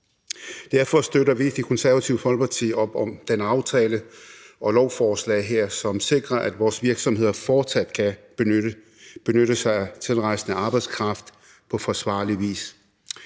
Derfor støtter vi i Det Konservative Folkeparti op om den aftale og lovforslaget her, som sikrer, at vores virksomheder fortsat kan benytte sig af tilrejsende arbejdskraft på forsvarlig vis.